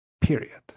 period